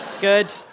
Good